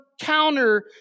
counter